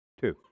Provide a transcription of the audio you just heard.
Two